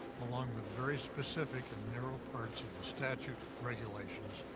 along with very specific and narrow parts of the statute, regulations,